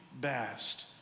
best